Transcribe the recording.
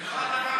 סליחה.